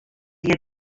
hjir